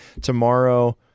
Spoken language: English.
Tomorrow